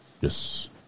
Yes